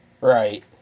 right